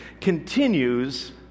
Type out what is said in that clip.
continues